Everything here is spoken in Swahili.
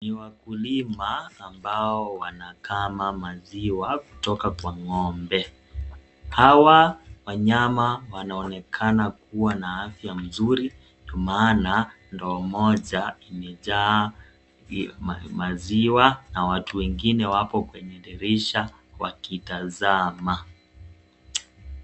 Ni wakulima ambao wanakama maziwa kutoka kwa ng'ombe, hawa wanyama wanaonekana kuwa na afya nzuri ndo maana ndoo moja imejaa maziwa na watu wengine wako kwenye dirisha wakitazama.